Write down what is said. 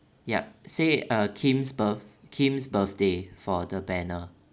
yup say uh kim's birth~ kim's birthday for the banner